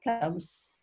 comes